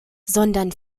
sondern